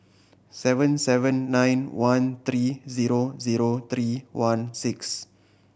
seven seven nine one three zero zero three one six